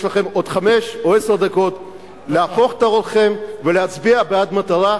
יש לכם עוד חמש או עשר דקות להפוך את עורכם בעד המטרה,